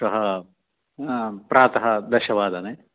श्वः प्रातः दशवादने